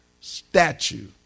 Statue